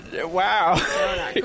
Wow